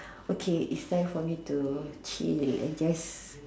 okay is time for me to chill I guess